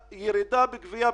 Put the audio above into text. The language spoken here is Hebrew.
שלחנו מכתב למשרד ראש הממשלה,